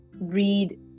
read